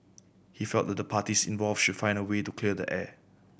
he felt that the parties involved should find a way to clear the air